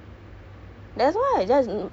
just spendings [what]